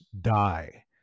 die